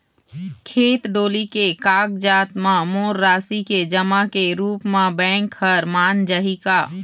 खेत डोली के कागजात म मोर राशि के जमा के रूप म बैंक हर मान जाही का?